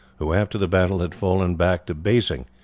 who after the battle had fallen back to basing,